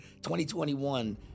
2021